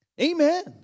Amen